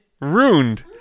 Ruined